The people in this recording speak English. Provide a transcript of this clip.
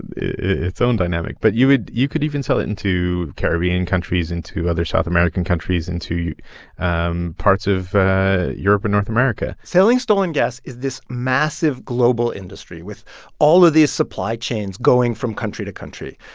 its own dynamic. but you would you could even sell it into caribbean countries, into other south american countries, into um parts of europe and north america selling stolen gas is this massive global industry with all of these supply chains going from country to country.